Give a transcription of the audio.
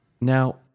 Now